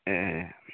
ए